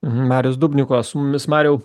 marius dubnikovas mumis mariau